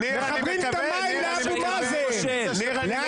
--- אתה הזכרת אבוטבול --- חבר הכנסת